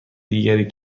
دیگری